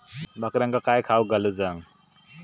बकऱ्यांका काय खावक घालूचा?